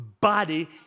body